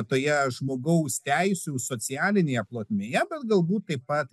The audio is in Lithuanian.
toje žmogaus teisių socialinėje plotmėje bet galbūt taip pat